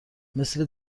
مثل